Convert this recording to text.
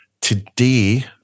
today